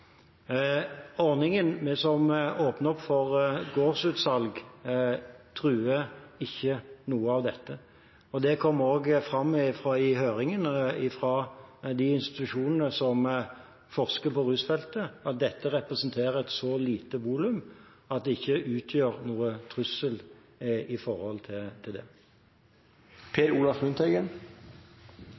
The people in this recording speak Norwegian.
Ordningen som åpner opp for gårdsutsalg, truer ikke noe av dette. Det kom også fram i høringen fra de institusjonene som forsker på rusfeltet, at dette representerer et så lite volum at det ikke utgjør noen trussel for det. Statsministeren har erkjent at en av årsakene til